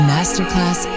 Masterclass